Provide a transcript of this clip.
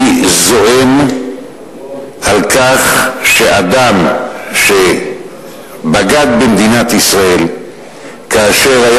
אני זועם על כך שאדם שבגד במדינת ישראל כאשר היו